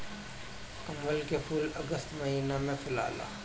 कमल के फूल अगस्त महिना में फुलाला